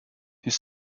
his